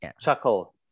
chuckle